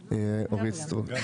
סטרוק.